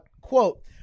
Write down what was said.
quote